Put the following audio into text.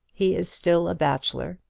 he is still a bachelor,